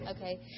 Okay